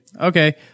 okay